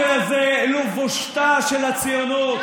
הכינוי הזה הוא לבושתה של הציונות.